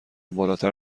بالاتر